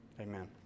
Amen